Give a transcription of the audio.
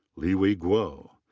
liwei guo.